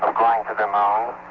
ah going to the moon.